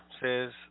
says